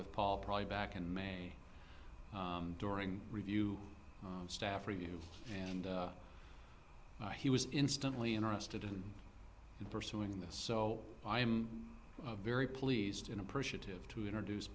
with paul probably back in may during review staff review and he was instantly interested in pursuing this so i'm very pleased and appreciative to introduce